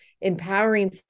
empowering